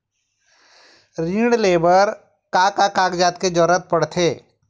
ऋण ले बर का का कागजात के जरूरत पड़थे?